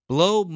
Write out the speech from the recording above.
Blow